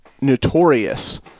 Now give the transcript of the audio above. notorious